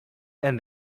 and